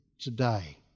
today